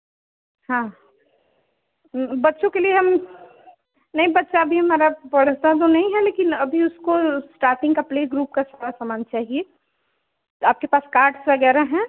हाँ बच्चों के लिए हम नहीं बच्चा अभी हमारा पढ़ता तो नहीं है लेकिन अभी उसको इस्टाटिंग का प्ले ग्रुप का सारा सामान चाहिए आपके पास कार्ड्स वगैरह हैं